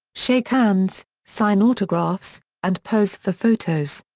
shake hands, sign autographs, and pose for photos.